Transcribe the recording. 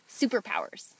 superpowers